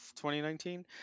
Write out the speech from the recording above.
2019